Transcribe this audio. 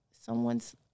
someone's